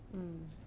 hmm